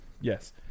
Yes